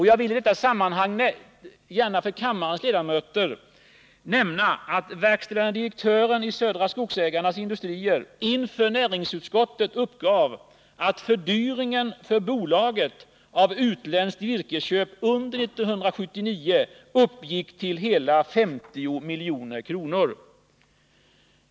Jag vill i detta sammanhang gärna för kammarens ledamöter nämna att verkställande direktören i Södra Skogsägarnas industrier inför näringsutskottet uppgav att fördyringen för bolaget av utländskt virkesköp under 1979 uppgick till hela 50 milj.kr.